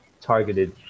targeted